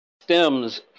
stems